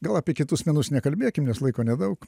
gal apie kitus menus nekalbėkim nes laiko nedaug